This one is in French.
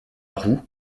roue